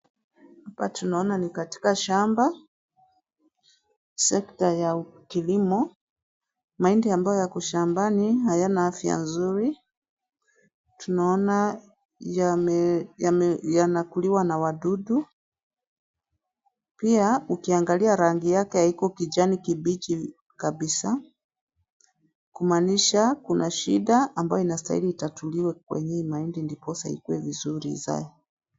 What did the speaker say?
Hapa tunona ni katika shamba, sekta ya kilimo. Mahindi ambayo yako shambani hayana afya nzuri. Tunaona yamekuliwa na wadudu, pia ukiangalia rangi yake haiko kijani kibichi kabisa, kumaanisha, kuna shida ambayo inastahili kutatuliwa kwenye hii mahindi ndiposa ikuwe vizuri izae.